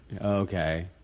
Okay